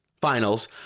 finals